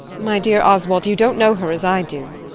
my dear oswald, you don't know her as i do